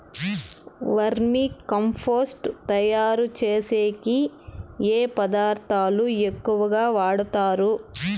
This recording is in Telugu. వర్మి కంపోస్టు తయారుచేసేకి ఏ పదార్థాలు ఎక్కువగా వాడుతారు